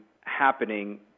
happening